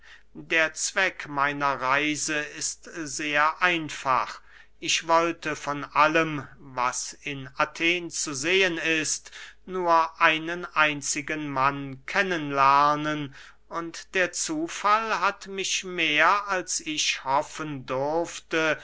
der zweck meiner reise ist sehr einfach ich wollte von allem was in athen zu sehen ist nur einen einzigen mann kennen lernen und der zufall hat mich mehr als ich hoffen durfte